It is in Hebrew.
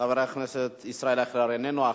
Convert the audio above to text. חבר הכנסת ישראל אייכלר, איננו.